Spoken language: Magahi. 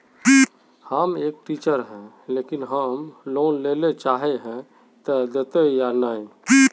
हम एक टीचर है लेकिन हम लोन लेले चाहे है ते देते या नय?